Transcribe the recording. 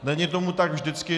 Není tomu tak vždycky.